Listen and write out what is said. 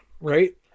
right